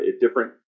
different